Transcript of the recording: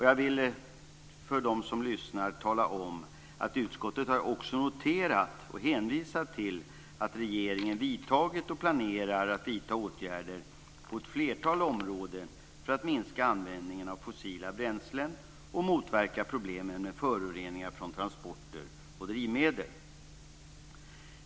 Jag vill tala om för dem som lyssnar att utskottet också har noterat och hänvisar till att regeringen vidtagit och planerar att vidta åtgärder på ett flertal områden för att minska användningen av fossila bränslen och motverka problemen med föroreningar från transporter och drivmedel.